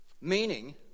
Meaning